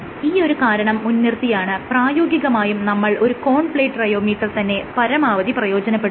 ഈയൊരു കാരണം മുൻനിർത്തിയാണ് പ്രായോഗികമായും നമ്മൾ ഒരു കോൺ പ്ലേറ്റ് റെയോമീറ്റർ തന്നെ പരമാവധി പ്രയോജനപ്പെടുത്തുന്നത്